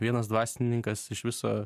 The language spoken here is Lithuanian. vienas dvasininkas iš viso